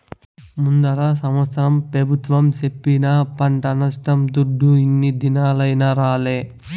ముందల సంవత్సరం పెబుత్వం సెప్పిన పంట నష్టం దుడ్డు ఇన్ని దినాలైనా రాలే